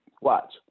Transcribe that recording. Watch